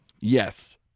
yes